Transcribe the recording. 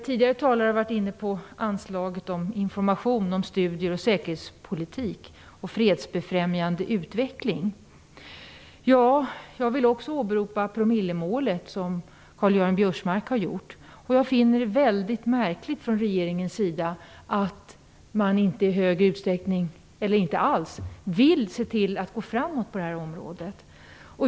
Tidigare talare har varit inne på frågan om anslaget till information och studier om säkerhetspolitik och fredsbefrämjande utveckling. Jag vill också åberopa promillemålet, som Karl Göran Biörsmark har gjort. Jag finner det mycket märkligt att regeringen inte alls vill gå framåt på det här området.